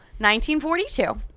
1942